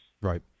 Right